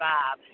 Bob